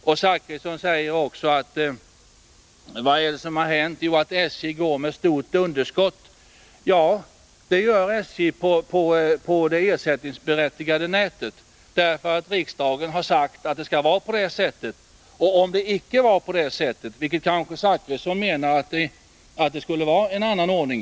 Bertil Zachrisson säger också att SJ går med ett stort underskott. Ja, SJ gör det på det ersättningsberättigade nätet, därför att riksdagen har sagt att det skall vara på det sättet. Bertil Zachrisson menar kanske att det borde vara en annan ordning.